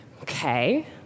okay